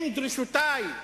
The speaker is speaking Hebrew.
אם דרישותי,